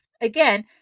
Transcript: again